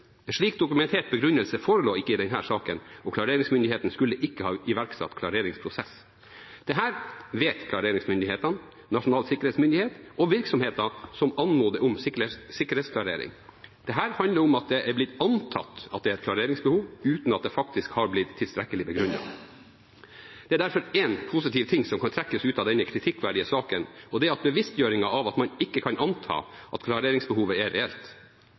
En slik dokumentert begrunnelse forelå ikke i denne saken, og klareringsmyndigheten skulle ikke ha iverksatt klareringsprosess. Dette vet klareringsmyndighetene, Nasjonal sikkerhetsmyndighet og virksomheten som anmodet om sikkerhetsklarering. Dette handler om at det er blitt antatt at det er et klareringsbehov, uten at det faktisk er blitt tilstrekkelig begrunnet. Det er derfor én positiv ting som kan trekkes ut av denne kritikkverdige saken, og det er bevisstgjøringen av at man ikke kan anta at klareringsbehovet er reelt. Virksomheter som ber om klarering for sine ansatte, må sjekke at det er et reelt